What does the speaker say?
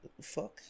Fuck